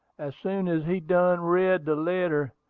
as soon as he done read de letter,